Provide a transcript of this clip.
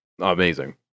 amazing